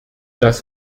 das